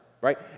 right